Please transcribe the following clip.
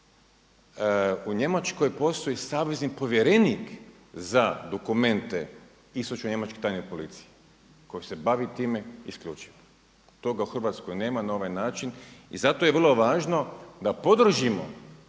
u Njemačkoj postoji savezni povjerenik za dokumente, Istočno Njemačke tajne policije koji se bavi time isključivo. Toga u Hrvatskoj nema na ovaj način i zato je vrlo važno da podržimo